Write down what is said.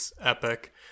epic